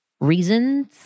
reasons